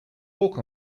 walk